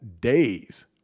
days